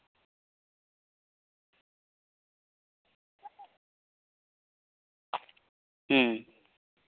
ᱦᱩᱸ